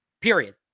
Period